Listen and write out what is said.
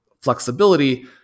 flexibility